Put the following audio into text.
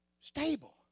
stable